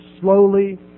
slowly